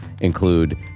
include